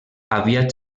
aviat